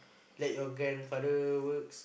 let your grandfather works